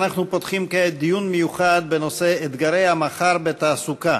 אנחנו פותחים כעת דיון מיוחד בנושא: אתגרי המחר בתעסוקה: